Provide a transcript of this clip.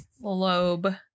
lobe